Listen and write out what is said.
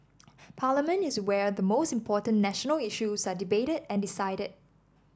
parliament is where the most important national issues are debated and decided